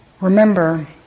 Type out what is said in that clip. Remember